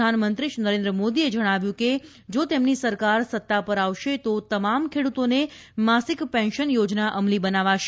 પ્રધાનમંત્રી શ્રી નરેન્દ્ર મોદીએ જણાવ્યું કે જો તેમની સરકાર સત્તા પર આવશે તો તમામ ખેડૂતોને માસિક પેન્શન યોજના અમલી બનાવાશે